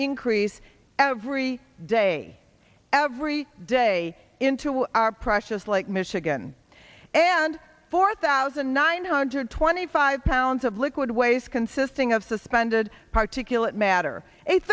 increase every day every day into our precious like michigan and four thousand nine hundred twenty five pounds of liquid waste consisting of suspended particulate matter